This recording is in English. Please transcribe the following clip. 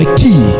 key